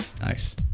Nice